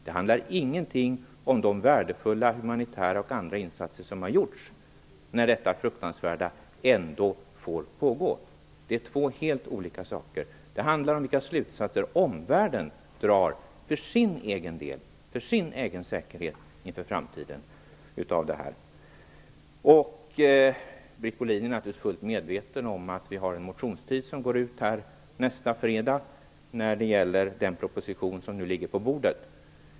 Det handlar inte om de värdefulla humanitära och andra insatser som har gjorts när detta fruktansvärda ändå får pågå. Det är två helt olika saker. Det handlar om vilka slutsatser omvärlden för sin del drar för sin egen säkerhet inför framtiden. Britt Bohlin är naturligtvis fullt medveten om att motionstiden går ut nästa fredag när det gäller den proposition som nu ligger på bordet.